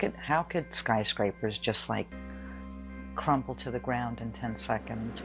and how could skyscrapers just like crumple to the ground in ten seconds